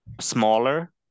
smaller